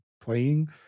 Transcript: playing